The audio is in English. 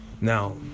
Now